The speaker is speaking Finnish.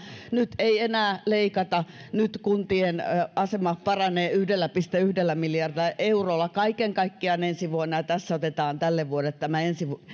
nyt ei enää leikata nyt kuntien asema paranee yhdellä pilkku yhdellä miljardilla eurolla kaiken kaikkiaan ensi vuonna ja tässä otetaan tälle vuodelle tämä